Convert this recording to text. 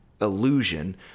illusion